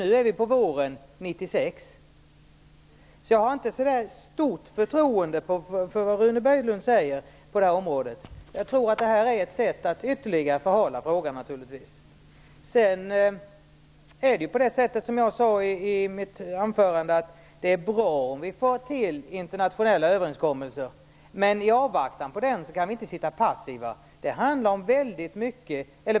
Nu är vi på våren 1996. Jag har inte något stort förtroende för det Rune Berglund säger på detta område. Jag tror att detta är ett sätt att ytterligare förhala frågan. Jag sade i mitt anförande att det är bra om vi får till internationella överenskommelser, men vi kan inte sitta passiva i avvaktan på dessa.